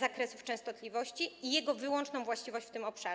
zakresów częstotliwości i jego wyłączną właściwość w tym obszarze.